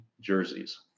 Jerseys